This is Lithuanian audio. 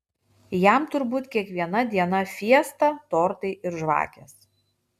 jam turbūt kiekviena diena fiesta tortai ir žvakės